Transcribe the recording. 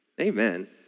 Amen